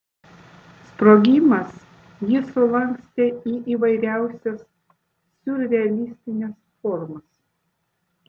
sprogimas jį sulankstė į įvairiausias siurrealistines formas